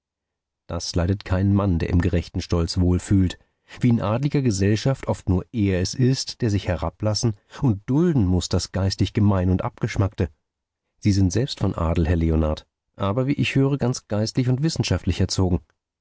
das leidet kein mann der im gerechten stolz wohl fühlt wie in adliger gesellschaft oft nur er es ist der sich herablassen und dulden muß das geistig gemeine und abgeschmackte sie sind selbst von adel herr leonard aber wie ich höre ganz geistlich und wissenschaftlich erzogen